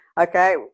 Okay